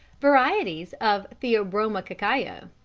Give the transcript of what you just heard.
varieties of theobroma cacao.